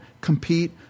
compete